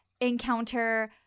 encounter